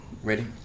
Ready